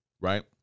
Right